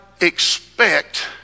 expect